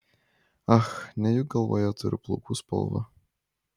ach ne juk galvoje turiu plaukų spalvą